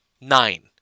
Nine